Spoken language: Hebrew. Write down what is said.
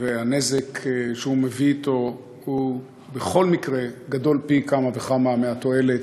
והנזק שהוא מביא אתו הוא בכל מקרה גדול פי כמה וכמה מהתועלת.